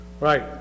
right